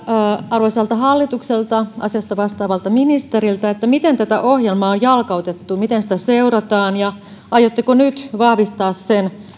arvoisalta hallitukselta asiasta vastaavalta ministeriltä miten tätä ohjelmaa on jalkautettu miten sitä seurataan ja aiotteko nyt vahvistaa sen